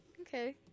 Okay